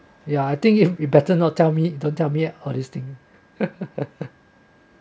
ya I think if we better not tell me don't tell me all these thing